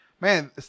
man